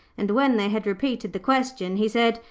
and when they had repeated the question, he said,